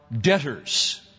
debtors